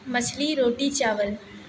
مچھلی روٹی چاول